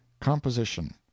Composition